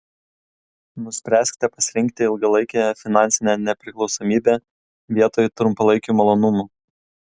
nuspręskite pasirinkti ilgalaikę finansinę nepriklausomybę vietoj trumpalaikių malonumų